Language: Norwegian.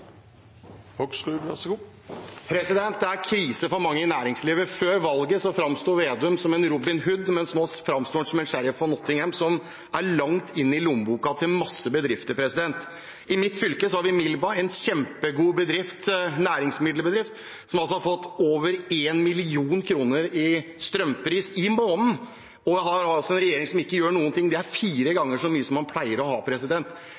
krise for mange i næringslivet. Før valget framsto Vedum som Robin Hood, mens nå framstår han som sheriffen av Nottingham, som er langt inn i lommeboka til mange bedrifter. I mitt fylke har vi Millba, en kjempegod næringsmiddelbedrift, som har fått over én million kroner i strømkostnad i måneden mens vi har en regjering som ikke gjør noen ting. Det er fire